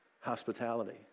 hospitality